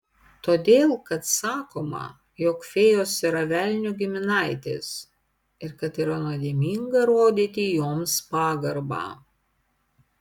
todėl kad sakoma jog fėjos yra velnio giminaitės ir kad yra nuodėminga rodyti joms pagarbą